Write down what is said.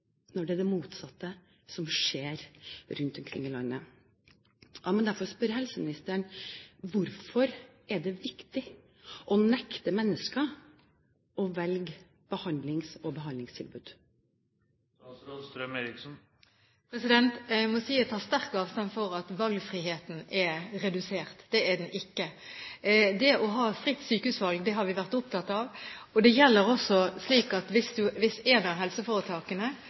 når det er det motsatte som skjer rundt omkring i landet. La meg derfor spørre helseministeren: Hvorfor er det viktig å nekte mennesker å velge behandling og behandlingstilbud? Jeg må si at jeg tar sterkt avstand fra at valgfriheten er redusert. Det er den ikke. Det å ha fritt sykehusvalg har vi vært opptatt av, og hvis et av de regionale helseforetakene har avtale med en privat aktør, kan også de andre velge det